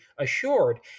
assured